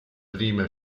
prima